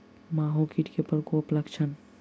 माहो कीट केँ प्रकोपक लक्षण?